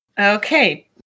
Okay